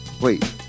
Wait